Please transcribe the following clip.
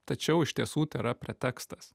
tačiau iš tiesų tai yra pretekstas